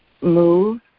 move